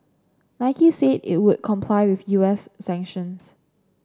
Nike said it would comply with U S sanctions